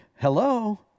Hello